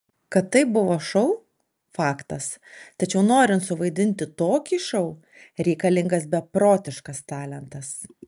kad tai buvo šou faktas tačiau norint suvaidinti tokį šou reikalingas beprotiškas talentas